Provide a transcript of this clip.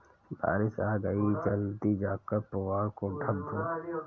बारिश आ गई जल्दी जाकर पुआल को ढक दो